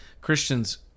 Christians